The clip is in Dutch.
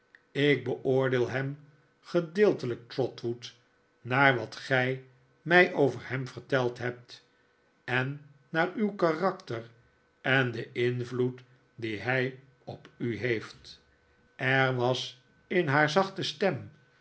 ik beoordeel hem gedeeltelijk trotwood naar wat gij mij over hem verteld hebt en naar uw karakter en den invloed dien hij op u heeft er was in haar zachte stem